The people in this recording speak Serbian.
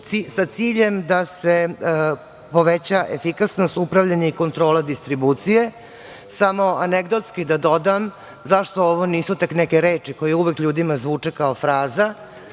sa ciljem poveća efikasnost, upravljanje i kontrola distribucije. Samo anegdotski da dodam, zašto ovo nisu tek neke reči koje uvek ljudima zvuče, kao fraza,